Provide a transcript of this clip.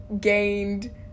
gained